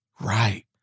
Right